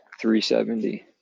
370